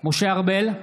משה ארבל,